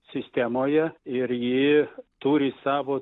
sistemoje ir ji turi savo